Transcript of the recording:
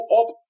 up